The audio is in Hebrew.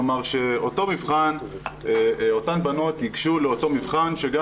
כלומר שאותן בנות יגשו לאותו מבחן שגם